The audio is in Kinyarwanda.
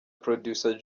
producer